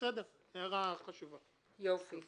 פשוט אין להם את הזמן לתת לי את הסלוט כל שבוע ואנחנו נמשיך